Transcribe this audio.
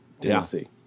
Tennessee